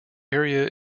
area